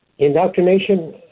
Indoctrination